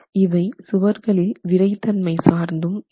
இவை சுவர்களில் விறைத்தன்மை சார்ந்தும் இருக்கும்